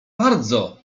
bardzo